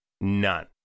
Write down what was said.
None